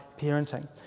parenting